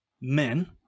men